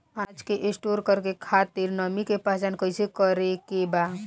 अनाज के स्टोर करके खातिर नमी के पहचान कैसे करेके बा?